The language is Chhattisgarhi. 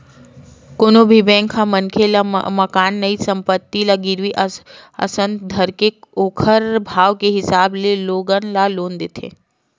कोनो भी बेंक ह मनखे ल मकान नइते संपत्ति ल गिरवी असन धरके ओखर भाव के हिसाब ले लोगन ल लोन देथे